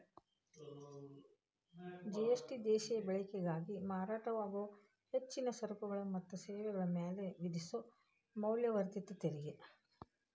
GST ದೇಶೇಯ ಬಳಕೆಗಾಗಿ ಮಾರಾಟವಾಗೊ ಹೆಚ್ಚಿನ ಸರಕುಗಳ ಮತ್ತ ಸೇವೆಗಳ ಮ್ಯಾಲೆ ವಿಧಿಸೊ ಮೌಲ್ಯವರ್ಧಿತ ತೆರಿಗಿ